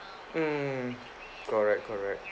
mm correct correct